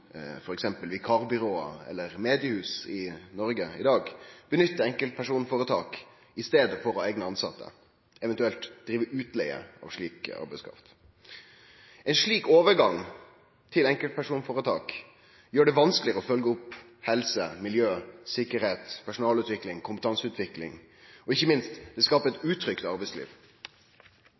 som f.eks. vikarbyrå eller mediehus i Noreg i dag gjer seg nytte av enkeltpersonføretak i staden for å ha eigne tilsette, eventuelt driv utleige av slik arbeidskraft. Ein slik overgang til enkeltpersonføretak gjer det vanskelegare å følgje opp helse, miljø, tryggleik, personalutvikling og kompetanseutvikling, og ikkje minst skapar det eit utrygt arbeidsliv.